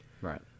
Right